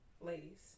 ladies